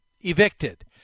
evicted